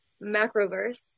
Macroverse